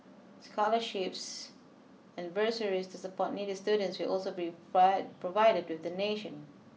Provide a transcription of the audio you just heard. scholarships and bursaries to support needy students will also be provided with donation